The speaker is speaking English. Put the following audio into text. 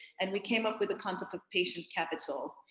and we came up with the concept of patient capital.